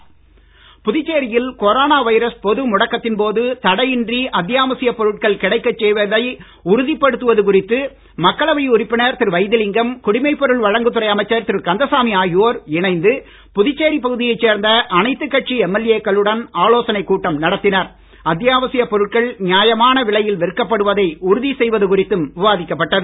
புதுச்சேரி கூட்டம் புதுச்சேரியில் corona virus பொது முடக்கத்தின் போது தடையின்றி அத்தியாவசியப் பொருட்கள் கிடைக்கச் செய்வதை உறுதிப்படுத்துவது குறித்து மக்களவை உறுப்பினர் திரு வைத்திலிங்கம் குடிமைப் பொருள் வழங்குத் துறை அமைச்சர் திரு கந்தசாமி ஆகியோர் இணைந்துபுதுச்சேரிப் பகுதியைச் சேர்ந்த அனைத்து கட்சி எம்எல்ஏ க்களுடன் பொருட்கள் நியாயமான விலையில் விற்கப்படுவதை உறுதி செய்வது குறித்தும் விவாதிக்கப்பட்டது